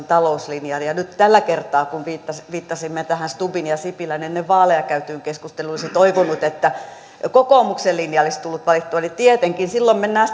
talouslinjan ja ja nyt tällä kertaa kun viittasimme tähän stubbin ja sipilän ennen vaaleja käymään keskusteluun olisi toivonut että kokoomuksen linja olisi tullut valittua ja tietenkin silloin mennään